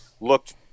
looked